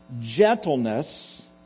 gentleness